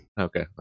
Okay